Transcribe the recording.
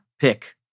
pick